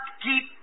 keep